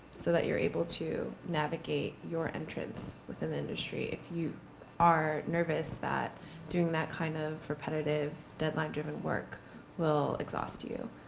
so that you're able to navigate your entrance within the industry. if you are nervous that doing that, kind of, repetitive deadline driving work will exhaust you.